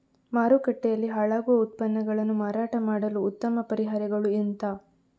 ಮಾರುಕಟ್ಟೆಯಲ್ಲಿ ಹಾಳಾಗುವ ಉತ್ಪನ್ನಗಳನ್ನು ಮಾರಾಟ ಮಾಡಲು ಉತ್ತಮ ಪರಿಹಾರಗಳು ಎಂತ?